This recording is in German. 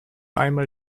einmal